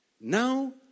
now